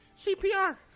CPR